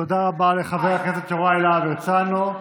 תודה רבה, חבר הכנסת יוראי להב הרצנו.